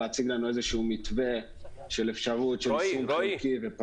כבר להציג לנו איזשהו מתווה של אפשרות של יישום חלקי.